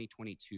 2022